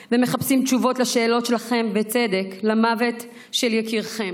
ומחפשים תשובות על השאלות שלכם על מוות של יקיריכם,